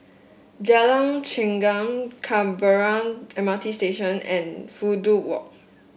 Jalan Chengam Canberra M R T Station and Fudu Walk